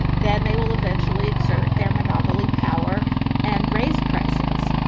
then they will eventually exert their monopoly power and raise prices.